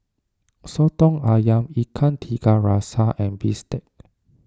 Soto Ayam Ikan Tiga Rasa and Bistake